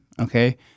okay